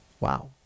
Wow